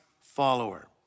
follower